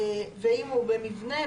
ואם הוא במבנה,